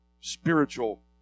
spiritual